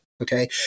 Okay